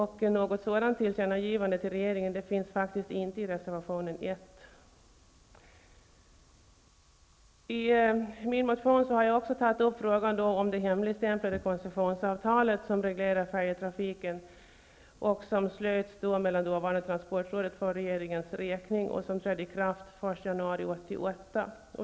Något sådant tillkännagivande till regeringen föreslås inte i reservation 1. I min motion har jag också tagit upp frågan om det hemligstämplade koncessionsavtal som reglerar färjetrafiken, som slöts mellan dåvarande transportrådet för regeringens räkning och januari 1988.